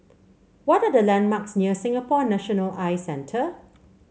what are the landmarks near Singapore National Eye Centre